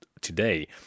today